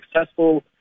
successful